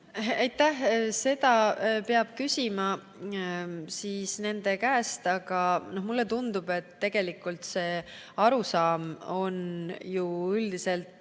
Aitäh! Seda peab küsima nende käest, aga mulle tundub, et tegelikult see arusaam on ju üldiselt